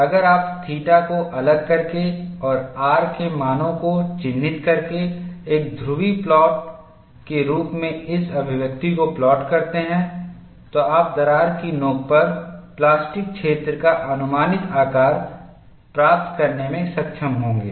अगर आप थीटाको अलग करके और r के मानों को चिह्नित करके एक ध्रुवीय प्लॉट के रूप में इस अभिव्यक्ति को प्लॉटकरते हैं तो आप दरार की नोकपर प्लास्टिक क्षेत्र का अनुमानित आकार प्राप्त करने में सक्षम होंगे